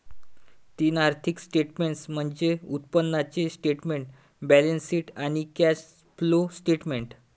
तीन आर्थिक स्टेटमेंट्स म्हणजे उत्पन्नाचे स्टेटमेंट, बॅलन्सशीट आणि कॅश फ्लो स्टेटमेंट